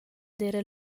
d’eira